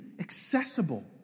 accessible